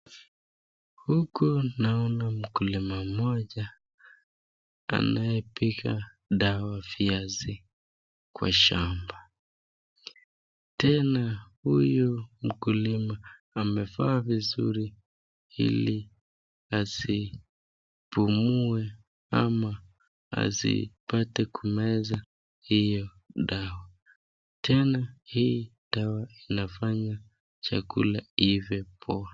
Huku naona mkulima mmoja anayepiga dawa viazi kwa shamba. Tena huyu mkulima, amevaa vizuri ili asipumue ama asipate kumeza hiyo dawa. Tena hii dawa inafanya chakula iive poa.